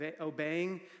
obeying